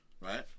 Right